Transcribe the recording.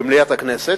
במליאת הכנסת,